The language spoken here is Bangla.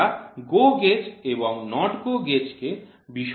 আমরা GO গেজ এবং NOT GO গেজকে বিশদভাবে দেখতে পাব